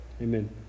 Amen